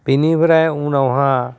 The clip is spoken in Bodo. बेनिफ्राय उनावहा